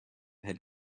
had